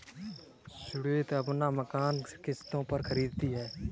श्वेता अपना मकान किश्तों पर खरीदी है